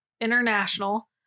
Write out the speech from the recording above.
International